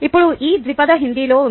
ఇప్పుడు ఈ ద్విపద హిందీలో ఉంది